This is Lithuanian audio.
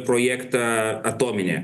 projektą atominę